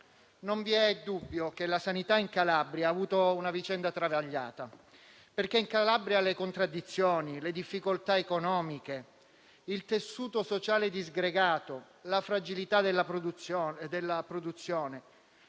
Non vi è dubbio che la sanità in Calabria abbia avuto una vicenda travagliata, perché le contraddizioni, le difficoltà economiche, il tessuto sociale disgregato, la fragilità della produzione,